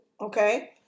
okay